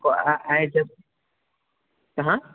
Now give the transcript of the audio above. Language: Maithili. कहाँ